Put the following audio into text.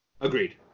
Agreed